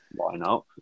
lineup